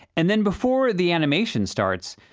and then before the animation starts,